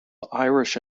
irish